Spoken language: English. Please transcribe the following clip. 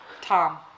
Tom